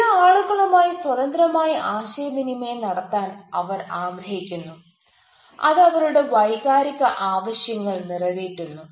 ചില ആളുകളുമായി സ്വതന്ത്രമായി ആശയവിനിമയം നടത്താൻ അവർ ആഗ്രഹിക്കുന്നു അത് അവരുടെ വൈകാരിക ആവശ്യങ്ങൾ നിറവേറ്റുന്നു